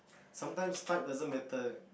sometimes type doesn't matter